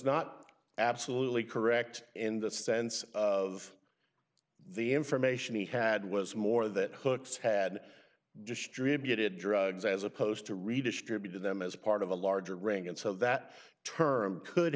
not absolutely correct in the sense of the information he had was more that hooks had distributed drugs as opposed to redistributed them as part of a larger ring and so that term could